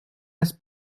has